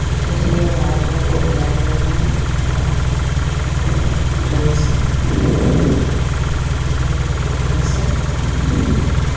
ওচৰ চুবুৰীয়া ল'ৰাবিলাকো ওলাই গ'লে মানে ধৰিছে ফাইন কাটিবলগীয়া হৈছে